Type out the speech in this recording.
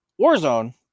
Warzone